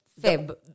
Feb